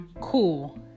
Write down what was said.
Cool